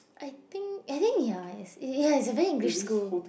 I think I think ya it's it's has a very English school